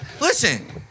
Listen